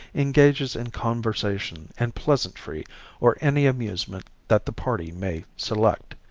engages in conversation and pleasantry or any amusement that the party may select.